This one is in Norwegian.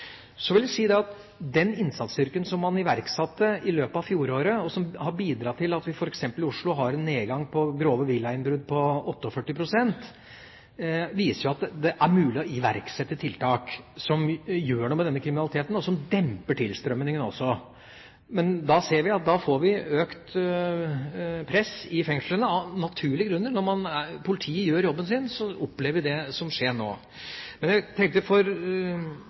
Så vil jeg si at den innsatsstyrken som man iverksatte i løpet av fjoråret, og som har bidratt til at vi f.eks. i Oslo har hatt en nedgang i antall grove villainnbrudd på 48 pst., viser at det er mulig å iverksette tiltak som gjør noe med denne kriminaliteten, og som demper tilstrømningen også. Men da ser vi at vi får økt press i fengslene, av naturlige grunner, når politiet gjør jobben sin, og så opplever vi det som skjer nå.